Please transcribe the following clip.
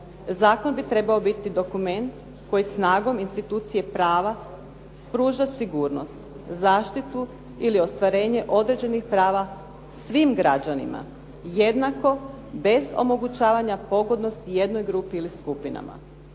Zakon bi trebao biti dokument koji snagom institucije prava pruža sigurnost, zaštitu ili ostvarenje određenih prava svim građanima jednako bez omogućavanja pogodnosti jednoj grupi ili skupinama